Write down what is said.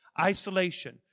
isolation